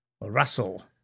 Russell